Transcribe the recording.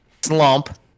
slump